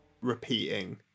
repeating